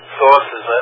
sources